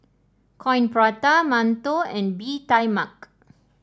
Coin Prata mantou and Bee Tai Mak